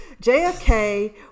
JFK